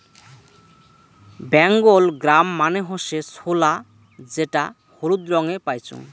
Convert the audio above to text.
Bengal gram মানে হসে ছোলা যেটা হলুদ রঙে পাইচুঙ